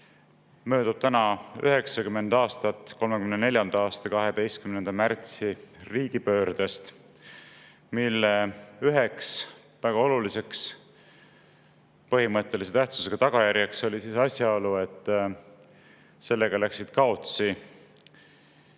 möödub täna 90 aastat 1934. aasta 12. märtsi riigipöördest, mille üheks väga oluliseks põhimõttelise tähtsusega tagajärjeks oli asjaolu, et sellega läksid kaotsi